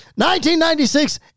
1996